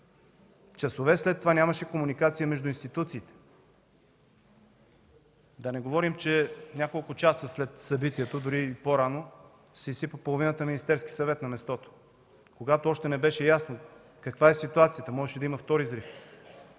Часове след това нямаше комуникации между институциите, да не говорим, че няколко часа след събитието, дори и по-рано, се изсипа половината Министерски съвет на мястото, когато още не беше ясно каква е ситуацията – можеше да има втори взрив.